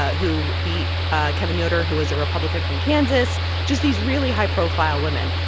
who beat kevin yoder, who is a republican from kansas just these really high-profile women.